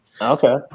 Okay